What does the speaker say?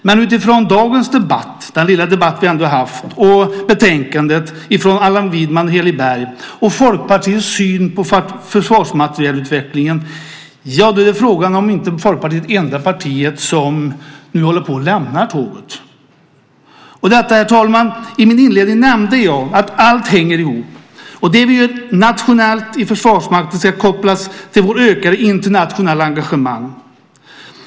Men utifrån den lilla debatt vi haft här i dag, utifrån reservationen i betänkandet från Allan Widman och Heli Berg och utifrån Folkpartiets syn på försvarsmaterielutvecklingen är frågan om inte Folkpartiet är det enda partiet som nu håller på att lämna tåget. Herr talman! Inledningsvis nämnde jag att allt hänger ihop. Det vi gör nationellt i Försvarsmakten ska kopplas till vårt ökade internationella engagemang.